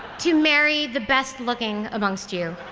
to marry the best looking amongst you.